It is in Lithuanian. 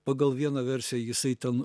pagal vieną versiją jisai ten